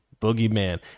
boogeyman